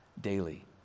daily